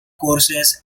courses